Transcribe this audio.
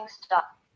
stop